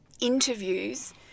interviews